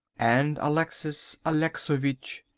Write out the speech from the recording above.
and alexis alexovitch!